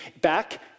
back